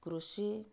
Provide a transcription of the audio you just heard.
କୃଷି